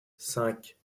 cinq